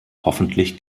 hoffentlich